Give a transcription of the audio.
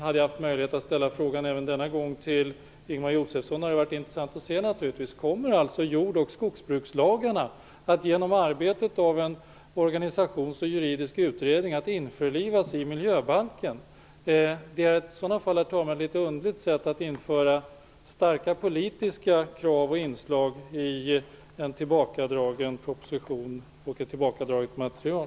Hade jag haft möjlighet att även denna gång ställa en fråga till Ingemar Josefsson skulle jag ha tyckt att det var intressant att få veta om jord och skogsbrukslagarna genom arbete av en organisationsutredning och juridisk utredning kommer att införlivas i miljöbalken. I sådlas fall är det ett litet underligt sätt att införa starka politiska krav och inslag i fråga om en tillbakadragen proposition och ett tillbakadraget material.